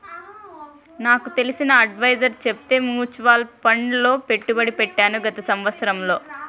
నాకు తెలిసిన అడ్వైసర్ చెప్తే మూచువాల్ ఫండ్ లో పెట్టుబడి పెట్టాను గత సంవత్సరంలో